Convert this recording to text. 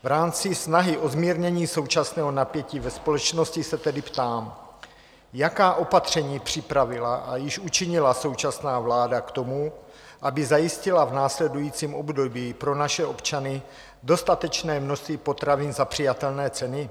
V rámci snahy o zmírnění současného napětí ve společnosti se tedy ptám: Jaká opatření připravila a již učinila současná vláda k tomu, aby zajistila v následujícím období pro naše občany dostatečné množství potravin za přijatelné ceny?